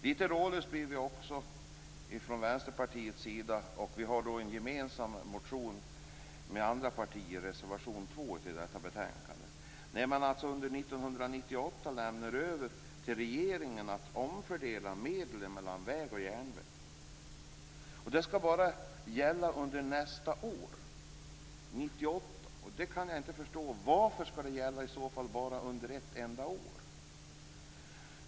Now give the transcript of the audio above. Litet rådlösa blir vi också från Vänsterpartiets sida - och vi har en gemensam motion med andra partier, det gäller reservation 2, till detta betänkande - när man under 1998 lämnar över till regeringen att omfördela medel mellan väg och järnväg. Det skall bara gälla under nästa år, 1998. Jag kan inte förstå varför det i så fall bara skall gälla under ett enda år.